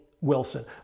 Wilson